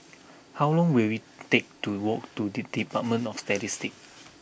how long will it take to walk to D Department of Statistics